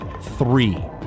three